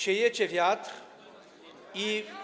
Siejecie wiatr i.